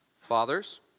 Fathers